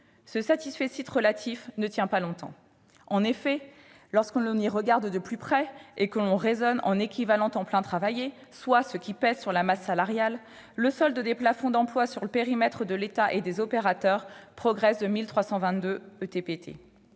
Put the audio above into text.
Mais ce relatif ne tient pas longtemps. En effet, lorsque l'on y regarde de plus près et que l'on raisonne en équivalents temps plein travaillé, c'est-à-dire lorsque l'on considère ce qui pèse sur la masse salariale, le solde des plafonds d'emplois sur le périmètre de l'État et des opérateurs progresse de 1 322 ETPT.